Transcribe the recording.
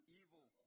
evil